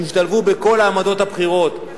וישתלבו בכל העמדות הבכירות.